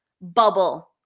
bubble